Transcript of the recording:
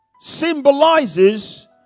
symbolizes